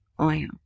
oil